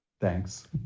thanks